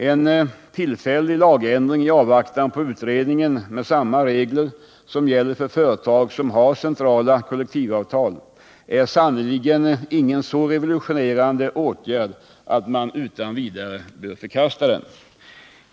En tillfällig lagändring i avvaktan på utredningen med samma regler som gäller för företag som har centrala kollektivavtal är sannerligen inte en så revolutionerande åtgärd att man utan vidare bör förkasta den.